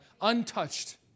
untouched